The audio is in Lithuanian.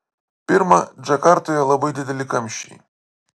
pirma džakartoje labai dideli kamščiai